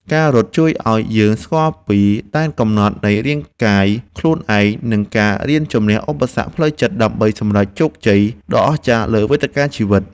ការរត់ជួយឱ្យយើងស្គាល់ពីដែនកំណត់នៃរាងកាយខ្លួនឯង និងការរៀនជម្នះឧបសគ្គផ្លូវចិត្តដើម្បីសម្រេចជោគជ័យដ៏អស្ចារ្យលើវេទិកាជីវិត។